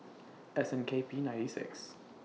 S N K P ninety six